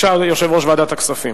התכוונתי